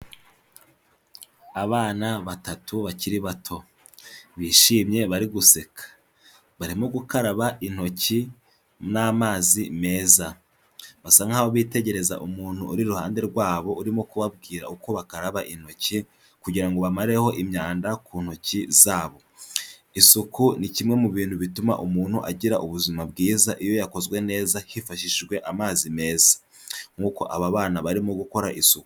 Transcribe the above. Abana batatu bakiri bato, bishimye bari guseka. Barimo gukaraba intoki n'amazi meza. Basa nkaho bitegereza umuntu uri iruhande rwabo urimo kubabwira uko bakaraba intoki kugira ngo bamareho imyanda ku ntoki zabo. Isuku ni kimwe mu bintu bituma umuntu agira ubuzima bwiza iyo yakozwe neza hifashishijwe amazi meza. Nkuko aba bana barimo gukora isuku.